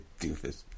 doofus